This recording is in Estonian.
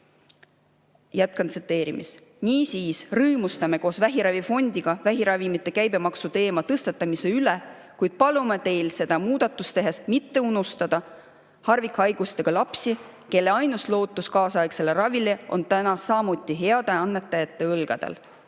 Jätkan tsiteerimist: "Niisiis rõõmustame koos vähiravifondiga vähiravimite käibemaksuteema tõstatamise üle, kuid palume teil seda muudatust tehes MITTE UNUSTADA harvikhaigustega lapsi, kelle ainus lootus kaasaegsele ravile on täna samuti heade annetajate õlgadel.